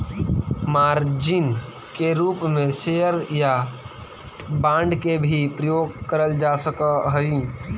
margin के रूप में शेयर या बांड के भी प्रयोग करल जा सकऽ हई